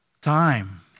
Time